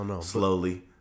slowly